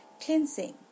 cleansing